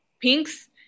pink's